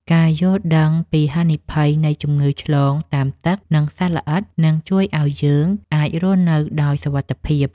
ការយល់ដឹងពីហានិភ័យនៃជំងឺឆ្លងតាមទឹក និងសត្វល្អិតនឹងជួយឱ្យយើងអាចរស់នៅដោយសុវត្ថិភាព។